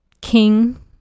king